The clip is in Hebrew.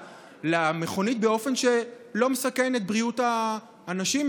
למכונית באופן שלא מסכן את בריאות האנשים,